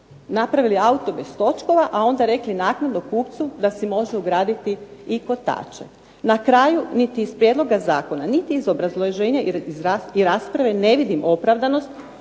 napravili auto bez točkova a onda rekli naknadno kupcu da si može ugraditi i kotače. Na kraju niti iz prijedloga zakona niti iz obrazloženja i rasprave ne vidim opravdanost